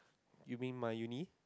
you mean my uni